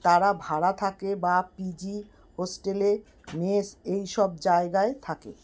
তারা ভাড়া থাকে বা পিজি হস্টেলে মেস এইসব জায়গায় থাকে